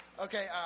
Okay